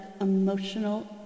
emotional